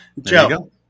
Joe